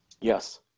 Yes